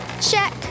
check